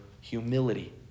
humility